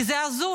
כי זה הזוי,